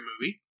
movie